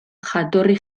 jatorri